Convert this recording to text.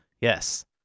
Yes